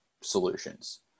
solutions